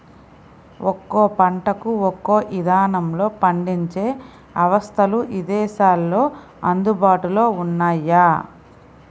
ఒక్కో పంటకు ఒక్కో ఇదానంలో పండించే అవస్థలు ఇదేశాల్లో అందుబాటులో ఉన్నయ్యి